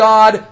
God